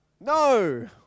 no